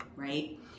Right